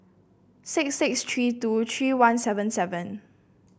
six six three two three one seven seven